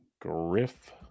Griff